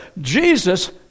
Jesus